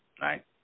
right